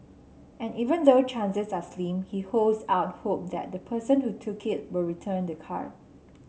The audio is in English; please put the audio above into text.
and even though chances are slim he holds out hope that the person who took it will return the card